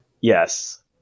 yes